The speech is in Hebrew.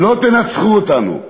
לא תנצחו אותנו,